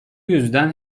yüzden